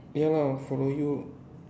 ya lah follow you